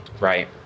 Right